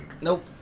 Nope